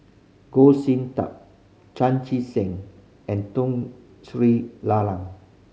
Goh Sin Tub Chan Chee Seng and Tun Sri Lanang